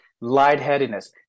lightheadedness